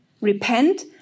Repent